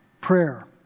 prayer